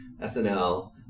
snl